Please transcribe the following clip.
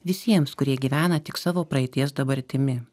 visiems kurie gyvena tik savo praeities dabartimi